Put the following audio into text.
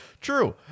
True